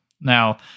Now